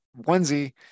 Onesie